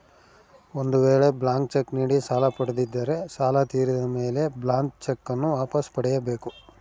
ಒಂದು ವೇಳೆ blank cheque ನೀಡಿ ಸಾಲ ಪಡೆದಿದ್ದರೆ ಸಾಲ ತೀರಿದ ಮೇಲೆ ಬ್ಲಾಂತ್ ಚೆಕ್ ನ್ನು ವಾಪಸ್ ಪಡೆಯ ಬೇಕು